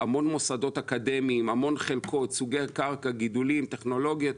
המון מוסדות אקדמיים; המון חלקות; סוגי קרקע; גידולים; טכנולוגיות,